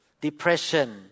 depression